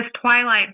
twilight